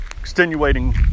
extenuating